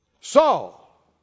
Saul